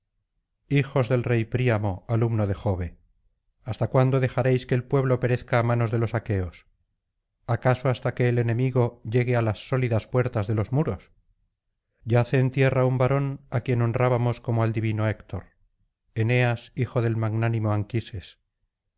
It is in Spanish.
hijos del rey príamo alumno de jove hasta cuándo dejaréis que el pueblo perezca á manos de los aqueos acaso hasta que l enemigo llegue á las sólidas puertas de los muros yace en tierra un varón á quien honrábamos como al divino héctor eneas hijo del magnánimo